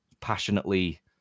passionately